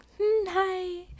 hi